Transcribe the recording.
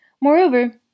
Moreover